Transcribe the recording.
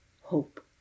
hope